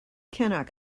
cannot